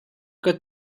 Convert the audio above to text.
kan